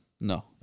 No